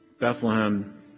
Bethlehem